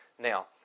Now